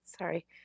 sorry